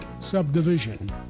subdivision